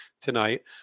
tonight